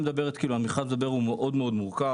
המכרז המדובר הוא מורכב מאוד.